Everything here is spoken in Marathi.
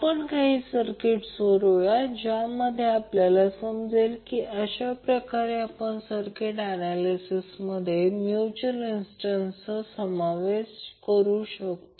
आपण काही सर्किट सोडवूया ज्यामुळे आपल्याला समजेल की कशा प्रकारे आपण सर्किट ऍनॅलिसिसमध्ये म्यूच्यूअल इन्ड़टन्सचा समावेश करू शकतो